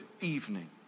evening